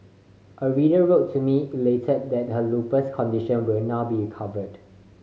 a reader wrote to me elated that her lupus condition will now be covered